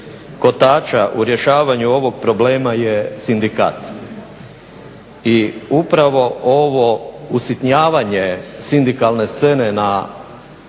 kotača u rješavanju ovog problema je sindikat. I upravo ovo usitnjavanje sindikalne scene u